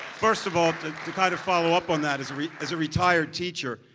first of all, to kind of follow up on that as as a retired teacher,